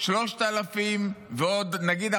ועוד נגיד,